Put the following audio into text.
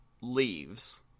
leaves